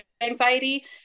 anxiety